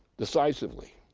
decisively.